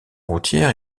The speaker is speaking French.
routière